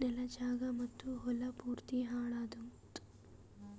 ನೆಲ, ಜಾಗ ಮತ್ತ ಹೊಲಾ ಪೂರ್ತಿ ಹಾಳ್ ಆತ್ತುದ್